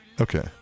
Okay